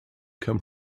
come